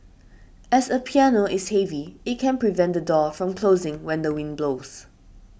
as a piano is heavy it can prevent the door from closing when the wind blows